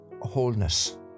wholeness